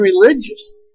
religious